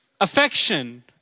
affection